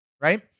right